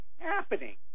happening